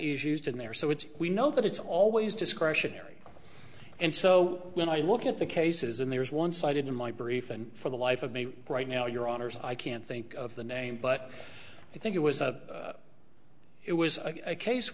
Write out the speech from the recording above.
is used in there so it's we know that it's always discretionary and so when i look at the cases and there is one sided in my brief and for the life of me right now your honors i can't think of the name but i think it was a it was a case